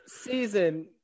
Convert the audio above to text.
season